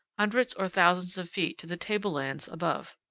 hundreds or thousands of feet to the table-lands above.